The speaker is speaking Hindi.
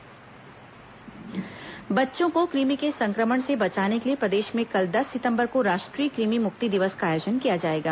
राष्ट्रीय कृमि मुक्ति दिवस बच्चों को कृमि के संक्रमण से बचाने के लिए प्रदेश में कल दस सितंबर को राष्ट्रीय कृमि मुक्ति दिवस का आयोजन किया जाएगा